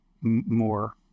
more